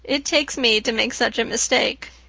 it takes me to make such a mistake,